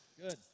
Good